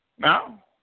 Now